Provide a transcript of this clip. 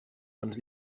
ens